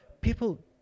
people